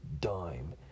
dime